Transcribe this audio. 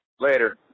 later